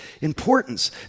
importance